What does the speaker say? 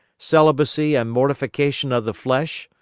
celibacy and mortification of the flesh,